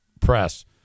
press